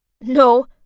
No